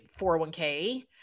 401k